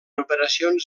operacions